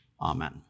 Amen